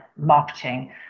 marketing